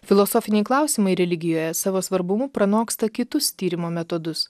filosofiniai klausimai religijoje savo svarbumu pranoksta kitus tyrimo metodus